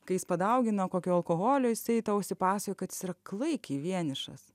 kai jis padaugina kokio alkoholio jisai tau išsipasakoja kad jis yra klaikiai vienišas